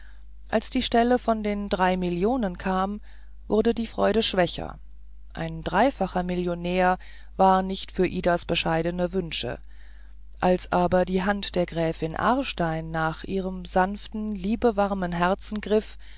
als die stelle von den drei millionen kam wurde die freude schwächer ein dreifacher millionär war nicht für idas bescheidene wünsche als aber die hand der gräfin aarstein nach ihrem sanften liebewarmen herzen griff